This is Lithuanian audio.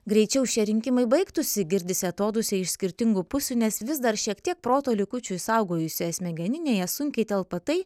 greičiau šie rinkimai baigtųsi girdisi atodūsiai iš skirtingų pusių nes vis dar šiek tiek proto likučių išsaugojusioje smegeninėje sunkiai telpa tai